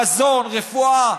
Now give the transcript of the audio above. מזון ורפואה,